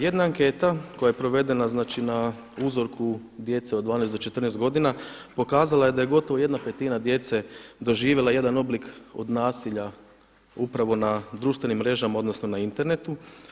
Jedna anketa koja je provedena, znači na uzorku djece od 12 do 14 godina pokazala je da je gotovo 1/5 djece doživjela jedan oblik od nasilja upravo na društvenim mrežama odnosno na internetu.